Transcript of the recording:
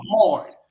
hard